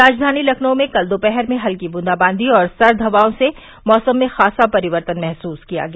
राजधानी लखनऊ में कल दोपहर में हल्की बूंदाबांदी और सर्द हवाओं से मौसम में ख़ासा परिवर्तन महसूस किया गया